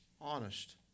honest